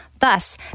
Thus